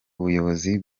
ubuyobozi